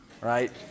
right